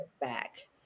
back